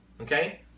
okay